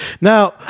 Now